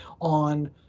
on